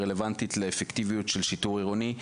רלוונטית לאפקטיביות של שיטור עירוני?